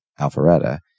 Alpharetta